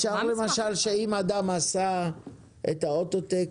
אם למשל אדם עשה את האוטו-טק